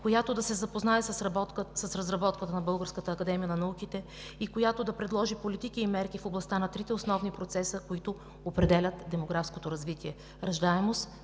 която да се запознае с разработката на Българската академия на науките и да предложи политики и мерки в областта на трите основни процеса, които определят демографското развитие – раждаемост,